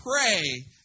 pray